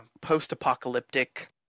post-apocalyptic